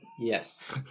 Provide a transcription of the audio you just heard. Yes